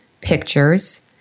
pictures